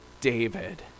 David